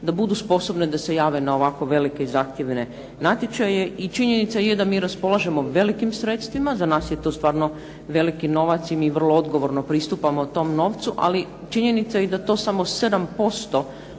da budu sposobne da se jave na ovako velike i zahtjevne natječaje. I činjenica je da mi raspolažemo velikim sredstvima. Za nas je to stvarno veliki novac i mi vrlo odgovorno pristupamo tom novcu, ali činjenica je i da je to samo 7%